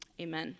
Amen